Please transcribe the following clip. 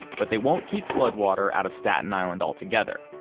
but they won't keep flood water out of staten island altogether.